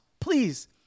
Please